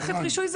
המקצועי.